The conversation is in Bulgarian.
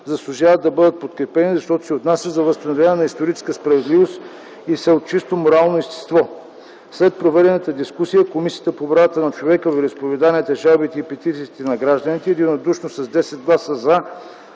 заслужава да бъдат подкрепени, защото се отнасят за възстановяване на историческа справедливост и са от чисто морално естество. След проведената дискусия, Комисията по правата на човека, вероизповеданията, жалбите и петициите на гражданите единодушно с 10 гласа